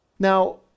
Now